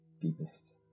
deepest